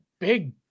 big